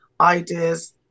ideas